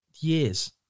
years